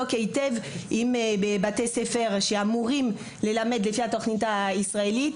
בבתי ספר שאמורים ללמד לפי התוכנית הישראלית,